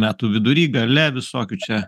metų vidury gale visokių čia